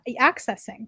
accessing